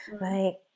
Right